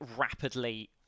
rapidly